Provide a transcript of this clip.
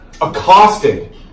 Accosted